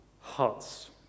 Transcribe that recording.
hearts